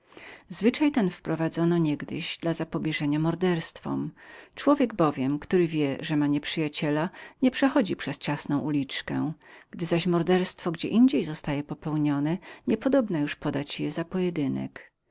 zwyczaj ten zaprowadzono niegdyś dla zapobieżenia morderstwom człowiek bowiem który wie że ma nieprzyjaciela nie przechodzi przez ciasną uliczkę gdy zaś morderstwo gdzie indziej było popełnionem niepodobna już było udać je za pojedynek